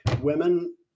Women